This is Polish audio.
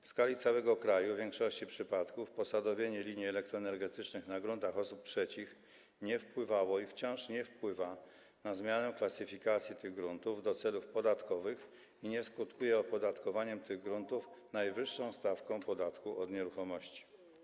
W skali całego kraju w większości przypadków posadowienie linii elektroenergetycznych na gruntach osób trzecich nie wpływało i wciąż nie wpływa na zmianę klasyfikacji tych gruntów do celów podatkowych i nie skutkuje opodatkowaniem tych gruntów najwyższą stawką podatku od nieruchomości.